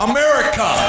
America